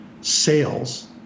sales